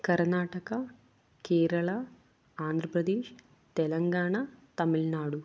Karnataka Kerala Andhra Pradesh Telangana Tamil Nadu